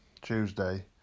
Tuesday